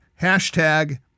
Hashtag